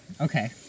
Okay